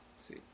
See